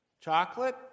Chocolate